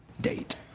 date